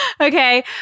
Okay